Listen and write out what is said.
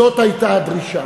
זאת הייתה הדרישה.